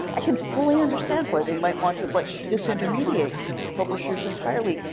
i can fully understand why they might want to like disintermediate publishers entirely,